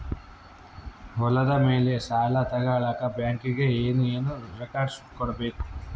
ಹೊಲದ ಮೇಲೆ ಸಾಲ ತಗಳಕ ಬ್ಯಾಂಕಿಗೆ ಏನು ಏನು ರೆಕಾರ್ಡ್ಸ್ ಕೊಡಬೇಕು?